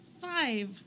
five